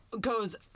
Goes